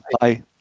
Bye